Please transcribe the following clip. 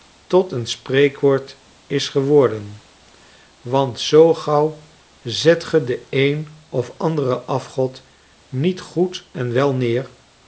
tot een spreekwoord is geworden want zoo gauw zet ge den een of anderen afgod niet goed en wel neer